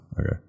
Okay